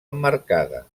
emmarcada